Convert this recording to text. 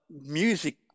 music